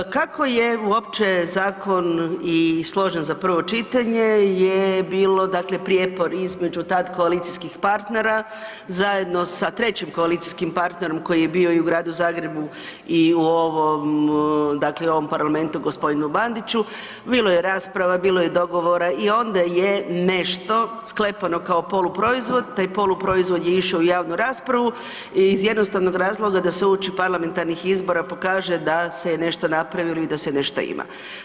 Kako je uopće zakon i složen za prvo čitanje je bilo dakle prijepor između tada koalicijskih partnera zajedno sa trećim koalicijskim partnerom koji je bio i u Gradu Zagrebu i u ovom, dakle ovom parlamentu gosp. Bandiću, bilo je rasprava, bilo je dogovora i onda je nešto sklepano kao poluproizvod, taj poluproizvod je išao u javnu raspravu iz jednostavnog razloga da se uoči parlamentarnih izbora pokaže da se je nešto napravilo i da se nešto ima.